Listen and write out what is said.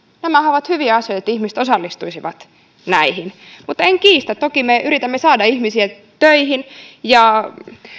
nämähän ovat hyviä asioita että ihmiset osallistuisivat näihin mutta en kiistä sitä että toki me yritämme saada ihmisiä töihin ja